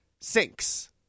Sinks